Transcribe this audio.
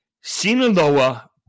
Sinaloa